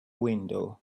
window